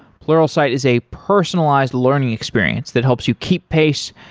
pluralsight is a personalized learning experience that helps you keep pace.